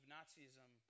Nazism